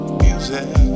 music